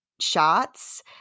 shots